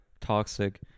toxic